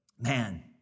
man